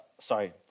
Sorry